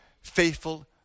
faithful